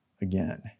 again